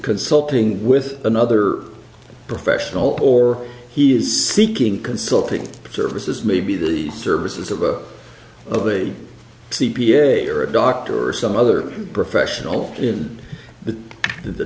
consulting with another professional or he is seeking consulting services maybe the services of a of a c p a or a doctor or some other professional in the